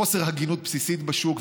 חוסר הגינות בסיסית בשוק.